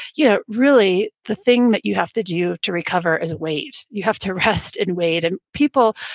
you know really, the thing that you have to do to recover is wait. you have to rest and wait. and people,